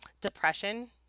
depression